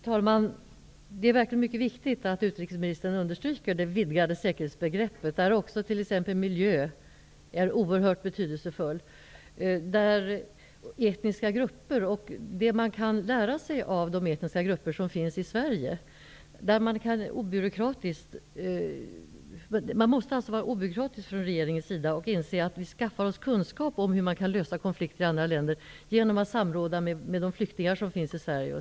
Fru talman! Det är verkligen mycket viktigt att utrikesministern understryker det vidgade säkerhetsbegreppet, där exempelvis miljön är oerhört betydelsefull, där etniska grupper är betydelsefulla -- och det man kan lära sig av dem. Regeringen måste vara mindre byråkratisk och inse att man skaffar sig kunskap om hur konflikter löses i andra länder genom att samråda med de flyktingar som finns i Sverige.